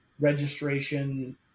registration